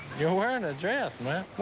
you're wearing a dress, man.